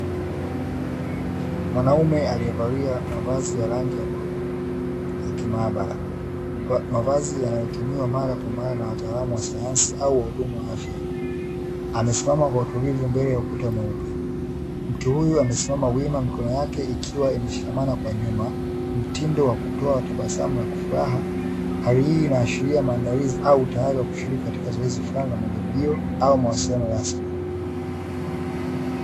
Mwanaume aliyevalia mavazi ya rangi ya bluu ya kimaabara. Mavazi yanayotumiwa mara kwa mara na wataalamu wa sayansi au wahudumu ya afya. Amesimama kwa utulivu mbele ya ukuta mweupe. Mtu huyo amesimama wima mikono yake ikiwa imeshikamana kwa nyuma. Mtindo wa kutoa tabasamu la furaha, hali hii inaashiria maandalizi au utayari wa kushiriki katika zoezi fulani la majadilio au mawasiliano rasmi.